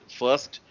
first